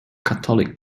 catholic